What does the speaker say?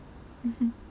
mmhmm